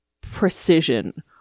precision